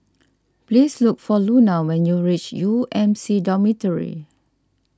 please look for Luna when you reach U M C Dormitory